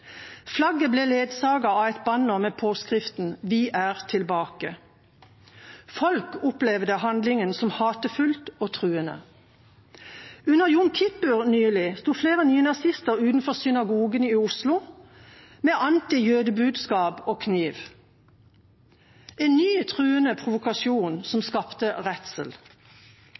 Flagget ble ledsaget av et banner med påskriften «Vi er tilbake!». Folk opplevde handlingen som hatefull og truende. Under jom kippur nylig sto flere nynazister utenfor synagogen i Oslo med antijødebudskap og kniv – en ny truende provokasjon som skapte redsel.